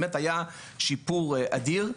באמת היה שיפור אדיר.